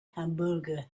hamburger